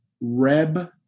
Reb